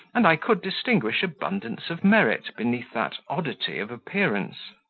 and i could distinguish abundance of merit beneath that oddity of appearance.